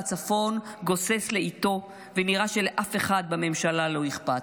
והצפון גוסס לאיטו ונראה שלאף אחד בממשלה לא אכפת.